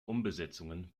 umbesetzungen